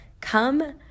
come